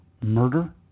murder